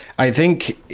i think,